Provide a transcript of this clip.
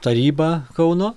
tarybą kauno